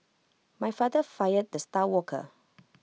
my father fired the star worker